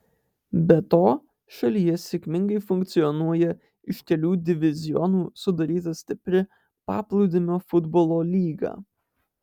be to šalyje sėkmingai funkcionuoja iš kelių divizionų sudaryta stipri paplūdimio futbolo lyga